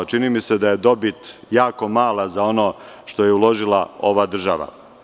Čini mi se da je dobit jako mala za ono što je uložila ova država.